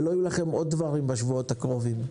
ולא יהיו לכם עוד דברים בשבועות הקרובים.